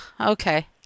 okay